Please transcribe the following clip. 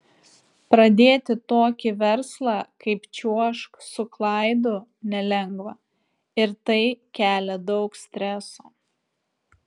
pradėti tokį verslą kaip čiuožk su klaidu nelengva ir tai kelia daug streso